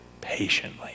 patiently